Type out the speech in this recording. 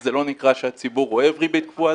זה לא נקרא שהציבור אוהב ריבית קבועה,